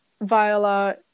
Viola